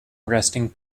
resting